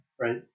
right